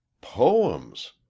Poems